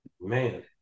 Man